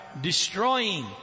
destroying